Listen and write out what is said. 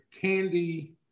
candy